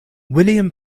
william